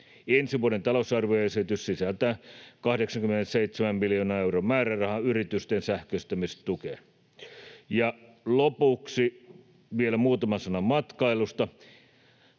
Ensi vuoden talousarvioesitys sisältää 87 miljoonan euron määrärahan yritysten sähköistämistukeen. Ja lopuksi vielä muutama sana matkailusta.